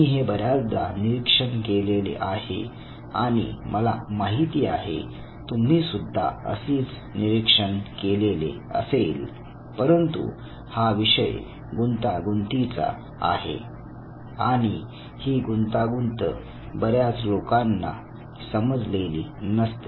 मी हे बर्याचदा निरिक्षण केलेले आहे आणि मला माहिती आहे तुम्ही सुद्धा असेच निरीक्षण केले असेल परंतु हा विषय गुंतागुंतीचा आहे आणि ही गुंतागुंत बऱ्याच लोकांना समजलेले नसते